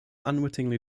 unwittingly